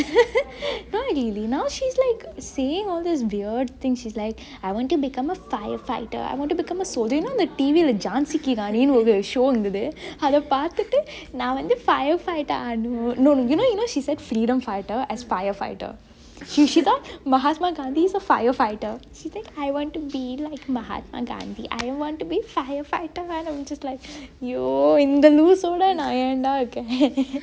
not really now she is saying all these weird things I want to become a firefighter I want to become a soldier you know the T_V ஜான்சிக்கி ராணினு ஒரு:jhanshi ki raani nu oru show இருந்தது அத பாத்துட்டு நா வந்து:irunthathu athe paathuttu naa vanthu firefighter ஆனு:aanu no she said freedom fighter as firefighter she thought mahatma gandhi is a firefighter she said I want to be like mahatma gandhi I want to be firefighter I'm just like !aiyo! இந்த லூசோட நா ஏன்டா இருக்க:inthe loosode naa yendaa irukke